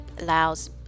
allows